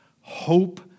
hope